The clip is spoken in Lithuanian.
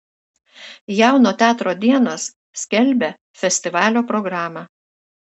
jauno teatro dienos skelbia festivalio programą